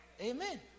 Amen